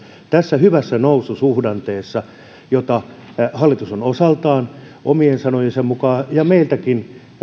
tässä hyvässä noususuhdanteessa jota hallitus on osaltaan omien sanojensa mukaan ja meidänkin